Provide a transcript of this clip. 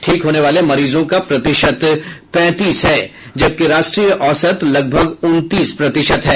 ठीक होने वाले मरीजों का प्रतिशत पैंतीस है जबकि राष्ट्रीय औसत लगभग उनतीस प्रतिशत है